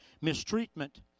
mistreatment